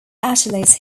achilles